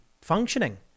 functioning